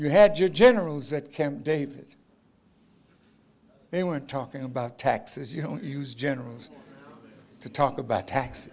you had your generals at camp david they were talking about taxes you don't use generals to talk about tax